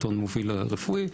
העיתון הרפואי המוביל,